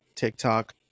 TikTok